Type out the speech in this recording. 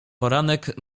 poranek